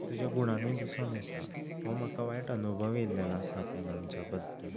तुज्या गुणांनी दिसून येता हो म्हाका वायट अनुभव येयलेलो आसा पेनांच्या बद्दल